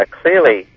clearly